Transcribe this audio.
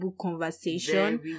conversation